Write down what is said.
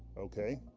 okay.